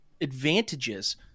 advantages